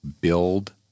build